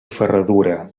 ferradura